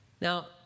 Now